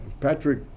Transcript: Patrick